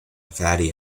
fatty